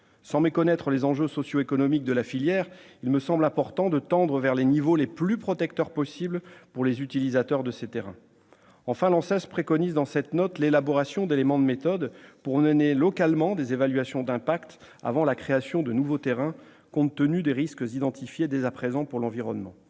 Sans méconnaître les enjeux socio-économiques de la filière, il me semble important de tendre vers les niveaux les plus protecteurs possible pour les utilisateurs de ces terrains. Enfin, l'ANSES préconise dans cette note l'élaboration d'éléments de méthode pour mener localement des évaluations d'impact avant la création de nouveaux terrains, compte tenu des risques identifiés dès à présent pour l'environnement.